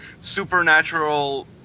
supernatural